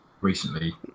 recently